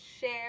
share